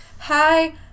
hi